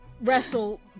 wrestle